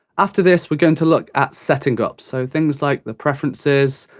after this, we're going to look at setting up, so things like the preferences,